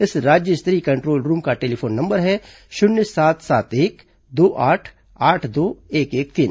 इस राज्य स्तरीय कंद्रोल रूम का टेलीफोन नंबर है शुन्य सात सात एक दो आठ आठ दो एक एक तीन